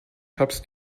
tabs